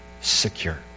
secure